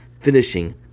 finishing